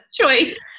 choice